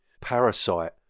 Parasite